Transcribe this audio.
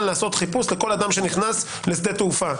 לעשות חיפוש לכל אדם שנכנס לשדה תעופה.